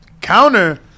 counter